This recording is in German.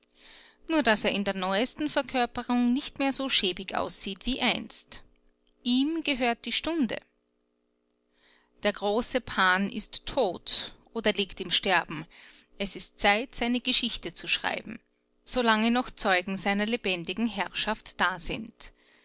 nur daß er in der neuesten verkörperung nicht mehr so schäbig aussieht wie einst ihm gehört die stunde der große pan ist tot oder liegt im sterben es ist zeit seine geschichte zu schreiben so lange noch zeugen seiner lebendigen herrschaft da sind